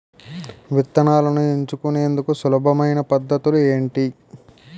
విత్తనాలను ఎంచుకునేందుకు సులభమైన పద్ధతులు ఏంటి?